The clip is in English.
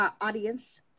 audience